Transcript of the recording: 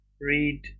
read